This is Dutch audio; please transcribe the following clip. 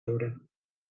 worden